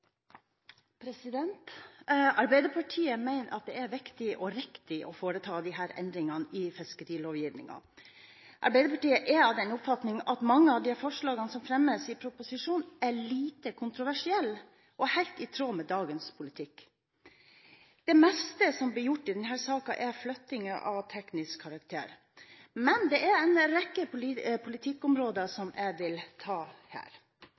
omme. Arbeiderpartiet mener at det er viktig og riktig å foreta disse endringene i fiskerilovgivningen. Arbeiderpartiet er av den oppfatning at mange av de forslagene som fremmes i proposisjonen, er lite kontroversielle og helt i tråd med dagens politikk. Det meste som blir gjort i denne saken, er flytting av teknisk karakter. Men det er en rekke politikkområder som jeg vil ta opp her.